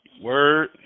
Word